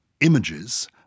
images